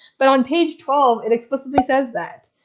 but on page twelve it explicitly says that